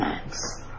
thanks